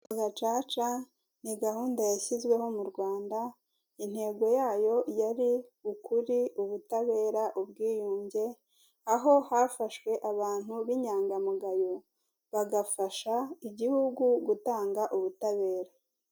Gacaca ni gahunda yashyinzweho mu Rwanda intego yayo yari ukuri, ubutabera, ubwiyunge aho hafashwe abantu b' inyangamugayo bagafasha igihugu gutanga ubutabera.